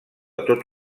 tot